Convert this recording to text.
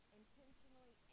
intentionally